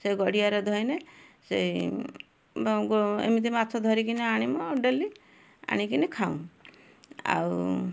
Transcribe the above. ସେ ଗଡ଼ିଆରେ ଧଇଁଲେ ସେଇ ଏମିତି ମାଛ ଧରିକିନା ଆଣିମୁ ଡେଲି ଆଣିକିନି ଖାଉଁ ଆଉ